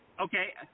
Okay